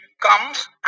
comes